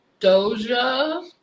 Doja